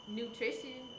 nutrition